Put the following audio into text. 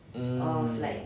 mm